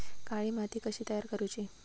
काळी माती कशी तयार करूची?